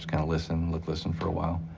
kind of listen, look, listen for a while,